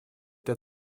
der